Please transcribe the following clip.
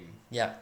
yup